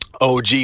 OG